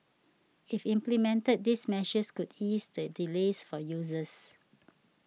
if implemented these measures could eased the delays for users